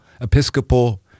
Episcopal